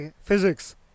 physics